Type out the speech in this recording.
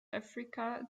africa